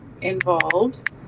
involved